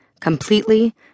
Completely